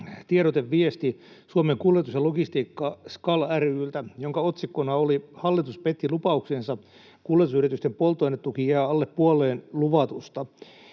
kansanedustajille Suomen Kuljetus ja Logistiikka SKAL ry:ltä tiedoteviesti, jonka otsikkona oli: ”Hallitus petti lupauksensa — kuljetusyritysten polttoainetuki jää alle puoleen luvatusta”.